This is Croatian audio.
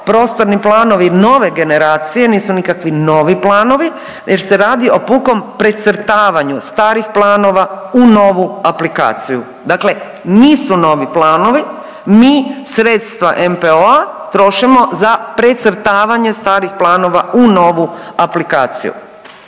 prostorni planovi nove generacije, nisu nikakvi novi planovi jer se radi o pukom precrtavanju starih planova u novu aplikaciju. Dakle, nisu novi planovi. Mi sredstva NPOO-a trošimo za precrtavanje starih planova u novu aplikaciju.